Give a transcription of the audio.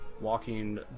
walking